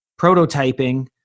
prototyping